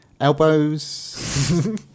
Elbows